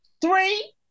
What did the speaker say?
Three